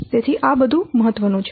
તેથી આ મહત્વ નું છે